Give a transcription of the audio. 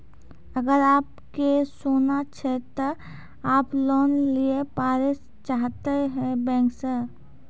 अगर आप के सोना छै ते आप लोन लिए पारे चाहते हैं बैंक से?